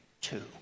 two